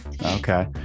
okay